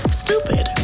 stupid